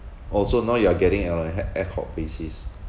also now you are getting it on an a~ ad hoc basis